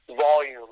Volume